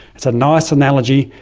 that's a nice analogy,